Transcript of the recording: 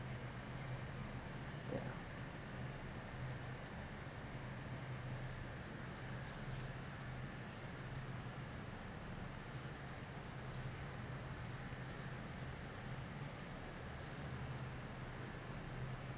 yeah